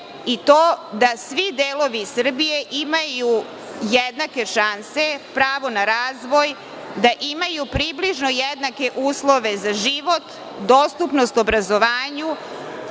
i to da svi delovi Srbije imaju jednake šanse, pravo na razvoj, da imaju približno jednake uslove za život, dostupnost obrazovanju,